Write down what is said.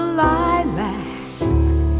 lilacs